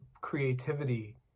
creativity